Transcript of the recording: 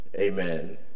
Amen